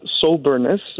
soberness